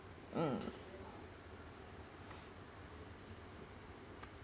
mm